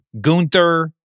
Gunther